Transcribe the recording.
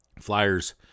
Flyers